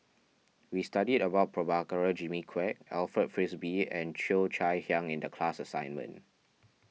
we studied about Prabhakara Jimmy Quek Alfred Frisby and Cheo Chai Hiang in the class assignment